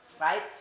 right